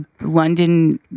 London